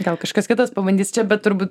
gal kažkas kitas pabandys čia bet turbūt